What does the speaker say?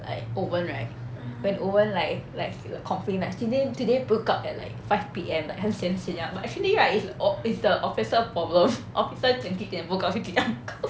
like owen right when owen like likes to complain like toda~ today book out at like five P_M like 很 sian sian 这样子 but actually right is is the officer problem officer 讲几点 book out 就几点 book out